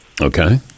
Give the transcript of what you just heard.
Okay